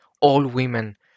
all-women